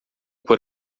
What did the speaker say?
por